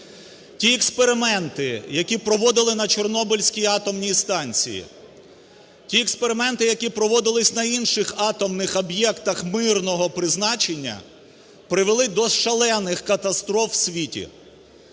Ті експерименти, які проводили на Чорнобильській атомній станції, ті експерименти, які проводилися на інших атомних об'єктах мирного призначення, провели до шалених катастроф в світі.